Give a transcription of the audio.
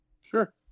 Sure